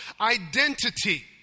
identity